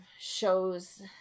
shows